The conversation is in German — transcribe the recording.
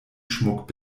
schmuck